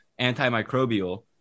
Antimicrobial